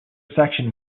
section